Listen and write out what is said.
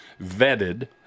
vetted